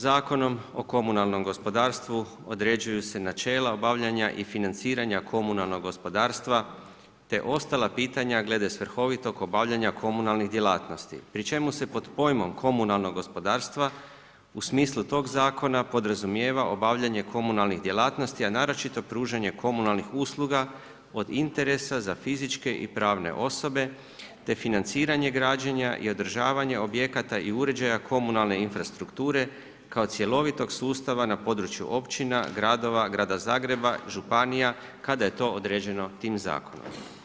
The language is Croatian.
Zakonom o komunalnom gospodarstvu određuju se načela obavljanja i financiranja komunalnog gospodarstva te ostala pitanja glede svrhovitog obavljanja komunalnih djelatnosti, pri čemu se pod pojmom komunalnog gospodarstva u smislu tog zakona podrazumijeva obavljanje komunalnih djelatnosti, a naročito pružanje komunalnih usluga od interesa za fizičke i pravne osobe te financiranje građenja i održavanje objekata i uređaja komunalne infrastrukture kao cjelovitog sustava na području općina, gradova, grada Zagreba, županija kada je to određeno tim zakonom.